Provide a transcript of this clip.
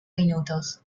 minutos